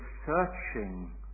searching